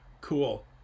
cool